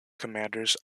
commanders